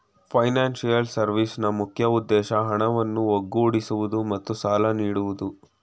financial ಸರ್ವಿಸ್ನ ಮುಖ್ಯ ಉದ್ದೇಶ ಹಣವನ್ನು ಒಗ್ಗೂಡಿಸುವುದು ಮತ್ತು ಸಾಲ ನೀಡೋದು